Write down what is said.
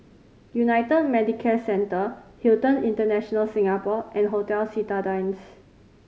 United Medicare Centre Hilton International Singapore and Hotel Citadines